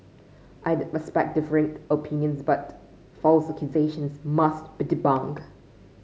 I respect differing opinions but false accusations must be debunked